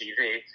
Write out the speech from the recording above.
TV